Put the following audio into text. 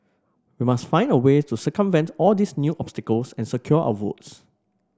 we must find a way to circumvent all these new obstacles and secure our votes